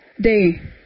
day